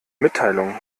mitteilungen